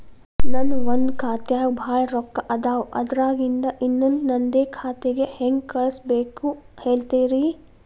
ನನ್ ಒಂದ್ ಖಾತ್ಯಾಗ್ ಭಾಳ್ ರೊಕ್ಕ ಅದಾವ, ಅದ್ರಾಗಿಂದ ಇನ್ನೊಂದ್ ನಂದೇ ಖಾತೆಗೆ ಹೆಂಗ್ ಕಳ್ಸ್ ಬೇಕು ಹೇಳ್ತೇರಿ?